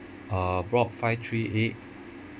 uh block five three eight